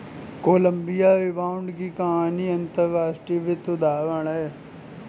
Colombia rebound की कहानी अंतर्राष्ट्रीय वित्त का उदाहरण है